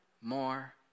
more